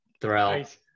throughout